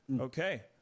Okay